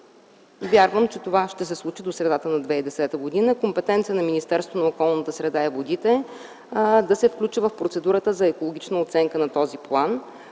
Вярвам, че това ще се случи до средата на тази година. Компетенциите на Министерството на околната среда и водите е да се включи в процедурата за екологична оценка на този план.